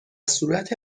صورت